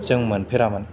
जों मोनफेरामोन